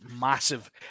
massive